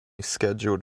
scheduled